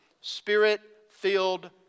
Spirit-filled